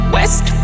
West